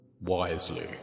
Wisely